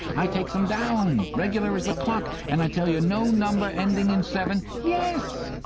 i takes em down reg'lar as the clock. an i tell you, no number ending in seven yes,